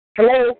Hello